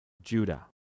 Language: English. judah